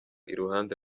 iruhande